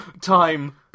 time